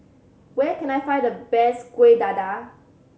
where can I find the best Kueh Dadar